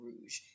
Rouge